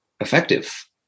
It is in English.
effective